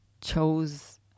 chose